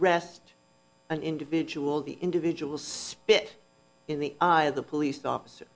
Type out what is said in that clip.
rest an individual the individual spit in the eye of the police officer